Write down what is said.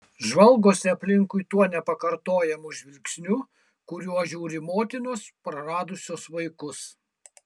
žvalgosi aplinkui tuo nepakartojamu žvilgsniu kuriuo žiūri motinos praradusios vaikus